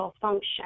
function